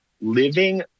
living